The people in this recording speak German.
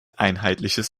einheitliches